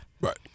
right